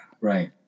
right